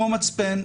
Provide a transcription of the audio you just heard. כמו מצפן,